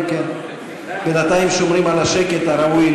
וכעת הקמת ממשלה בכל מחיר, העם אמר את דברו.